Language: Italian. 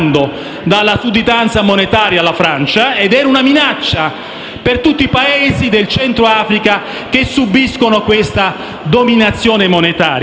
dalla sudditanza monetaria alla Francia ed era una minaccia per tutti i Paesi del Centro Africa che subiscono siffatta dominazione. Io